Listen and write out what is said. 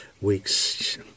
weeks